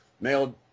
mailed